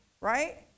Right